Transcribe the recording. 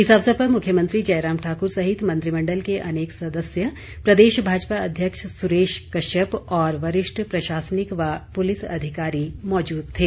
इस अवसर पर मुख्यमंत्री जयराम ठाकुर सहित मंत्रिमंडल के अनेक सदस्य प्रदेश भाजपा अध्यक्ष सुरेश कश्यप और वरिष्ठ प्रशासनिक व पुलिस अधिकारी मौजूद थे